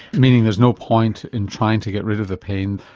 meaning there's no point in trying to get rid of the pain.